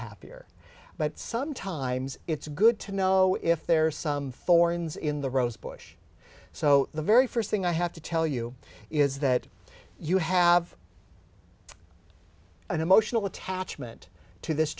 happier but sometimes it's good to know if there's some for ins in the rosebush so the very first thing i have to tell you is that you have an emotional attachment to this